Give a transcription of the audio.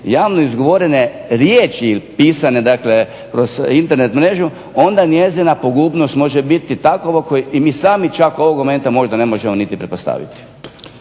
javno izgovorene riječi ili pisane kroz Internet mrežu onda njezina pogubnost može biti takva kako možda mi ni sami ovoga momenta ne možemo niti pretpostaviti.